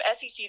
SEC